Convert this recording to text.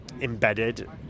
embedded